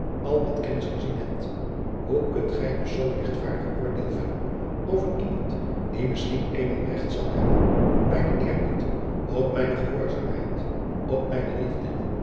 al met kennis gezien hebt hoe kunt gij dus zoo lichtvaardig oordeel vellen over iemand die misschien eenmaal recht zal hebben op mijnen eerbied op mijne gehoorzaamheid op mijne liefde